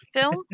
film